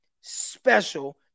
special